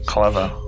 Clever